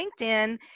LinkedIn